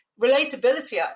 relatability